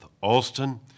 Alston